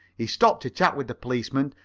he stopped to chat with the policeman,